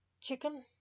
Chicken